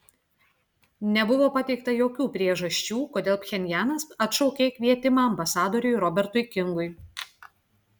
nebuvo pateikta jokių priežasčių kodėl pchenjanas atšaukė kvietimą ambasadoriui robertui kingui